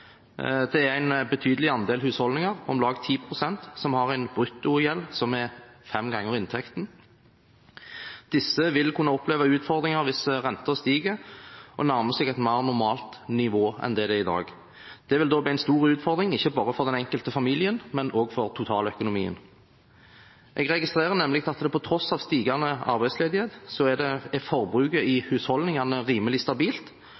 Det er en betydelig andel husholdninger, om lag 10 pst., som har en bruttogjeld som er fem ganger inntekten. Disse vil kunne oppleve utfordringer hvis renten stiger og nærmer seg et mer normalt nivå enn i dag. Det vil bli en stor utfordring, ikke bare for den enkelte familien, men også for totaløkonomien. Jeg registrerer nemlig at forbruket i husholdningene er rimelig stabilt, på tross av stigende arbeidsledighet, og det i en tid da renten er blitt satt ned. Tidligere i